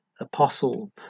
apostle